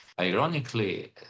Ironically